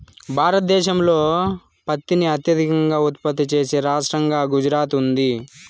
భారతదేశంలో పత్తిని అత్యధికంగా ఉత్పత్తి చేసే రాష్టంగా గుజరాత్ ఉంది